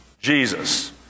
Jesus